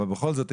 אבל בכל זאת,